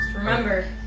Remember